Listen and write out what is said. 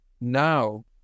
now